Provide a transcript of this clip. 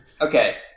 okay